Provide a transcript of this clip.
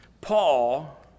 Paul